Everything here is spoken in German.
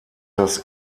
das